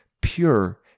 pure